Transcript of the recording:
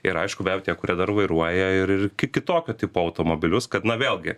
ir aišku be abejo tie kurie dar vairuoja ir ir kitokio tipo automobilius kad na vėlgi